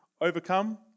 overcome